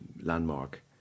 landmark